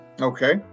Okay